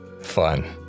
fun